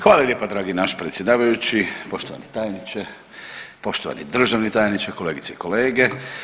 Hvala lijepa dragi naš predsjedavajući, poštovani tajniče, poštovani državni tajniče, kolegice i kolege.